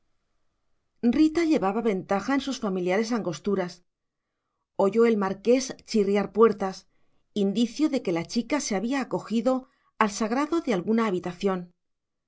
rita llevaba ventaja en sus familiares angosturas oyó el marqués chirriar puertas indicio de que la chica se había acogido al sagrado de alguna habitación